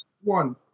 one